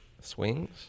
swings